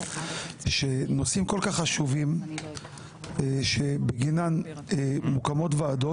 שנושאים כל כך חשובים שבגינם מוקמות ועדות,